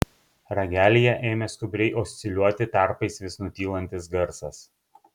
ragelyje ėmė skubriai osciliuoti tarpais vis nutylantis garsas